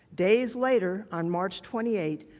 days later, on march twenty eight,